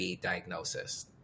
diagnosis